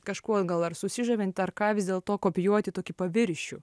kažkuo gal ar susižavint ar ką vis dėlto kopijuoti tokį paviršių